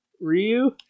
Ryu